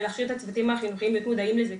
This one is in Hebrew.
ולהכשיר את הצוותים החינוכיים להיות מודעים לזה,